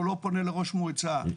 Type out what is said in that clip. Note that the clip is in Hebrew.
הוא לא פונה לראש מועצה,